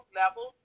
level